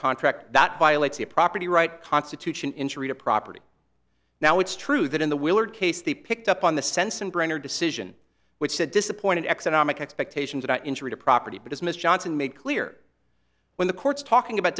contract that violates a property right constitution injury to property now it's true that in the willard case the picked up on the sensenbrenner decision which said disappointing economic expectations about injury to property but as miss johnson made clear when the court's talking about